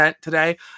today